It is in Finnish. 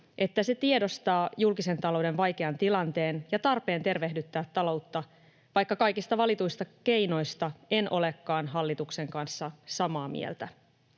että se tiedostaa julkisen talouden vaikean tilanteen ja tarpeen tervehdyttää taloutta, vaikka kaikista valituista keinoista en olekaan hallituksen kanssa samaa mieltä.